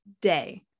day